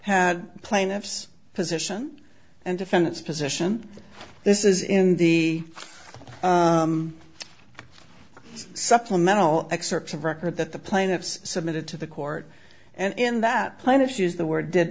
had plaintiffs position and defend its position this is in the supplemental excerpts of record that the plaintiffs submitted to the court and in that plan issues the war did